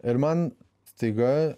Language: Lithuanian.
ir man staiga